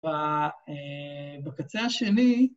‫בקצה השני...